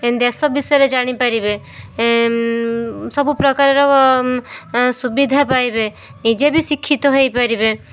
ଦେଶ ବିଷୟରେ ଜାଣିପାରିବେ ସବୁ ପ୍ରକାରର ସୁବିଧା ପାଇବେ ନିଜେ ବି ଶିକ୍ଷିତ ହେଇ ପାରିବେ